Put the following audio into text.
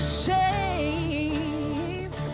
shame